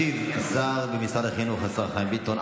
ישיב השר במשרד החינוך, השר חיים ביטון.